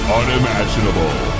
unimaginable